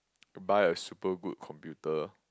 buy a super good computer